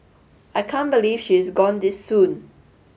I can't believe she is gone this soon